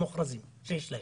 המוכרזים שיש להם.